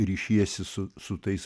ryšiesi su su tais